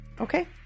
Okay